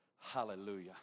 Hallelujah